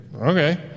Okay